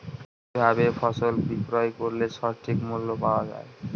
কি ভাবে ফসল বিক্রয় করলে সঠিক মূল্য পাওয়া য়ায়?